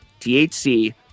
THC